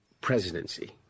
presidency